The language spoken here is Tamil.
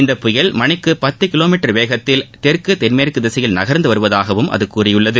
இந்த புயல் மணிக்கு பத்து கிலோமீட்டர் வேகத்தில் தெற்கு தென்மேற்கு திசையில் நகர்ந்து வருவதாகவும் அது கூறியுள்ளது